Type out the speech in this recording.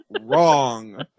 wrong